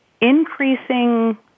increasing